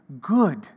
good